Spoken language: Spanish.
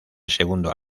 segundo